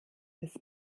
bis